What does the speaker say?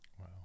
Wow